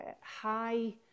high